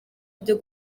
byo